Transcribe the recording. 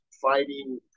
fighting